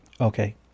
Okay